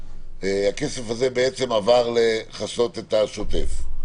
הכסף הזה בעצם עבר לכסות את השוטף,